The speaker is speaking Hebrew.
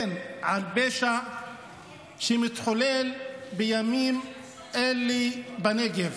כן, על פשע שמתחולל בימים אלה בנגב.